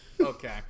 Okay